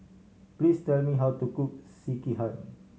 please tell me how to cook Sekihan